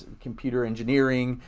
computer engineering,